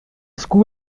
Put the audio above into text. school